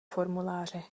formuláře